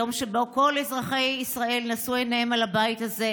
יום שבו כל אזרחי ישראל נשאו עיניהם אל הבית הזה,